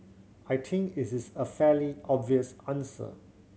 I think it is a fairly obvious answer